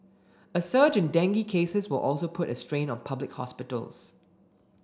a surge in dengue cases will also put a strain on public hospitals